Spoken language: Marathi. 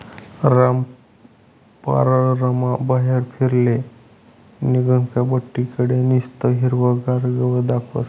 रामपाररमा बाहेर फिराले निंघनं का बठ्ठी कडे निस्तं हिरवंगार गवत दखास